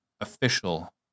official